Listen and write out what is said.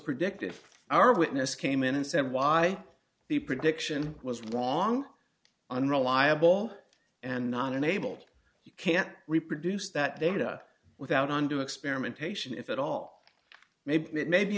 predicted for our witness came in and said why the prediction was wrong unreliable and not enabled you can't reproduce that data without onto experimentation if at all maybe it may be